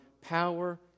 power